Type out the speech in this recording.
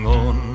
on